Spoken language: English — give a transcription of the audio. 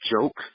joke